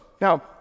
Now